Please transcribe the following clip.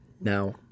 now